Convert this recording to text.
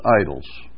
idols